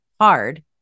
hard